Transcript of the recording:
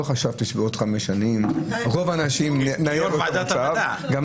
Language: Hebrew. לא חשבתי שבעוד חמש שנים נהיה באותו מצב.